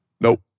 Nope